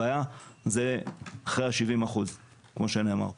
הבעיה היא אחרי ה-70 אחוז, כמו שנאמר פה.